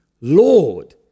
Lord